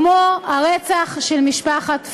כמו הרצח של משפחת פוגל.